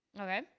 okay